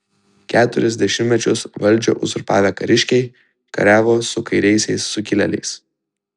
keturis dešimtmečius valdžią uzurpavę kariškiai kariavo su kairiaisiais sukilėliais